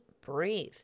breathe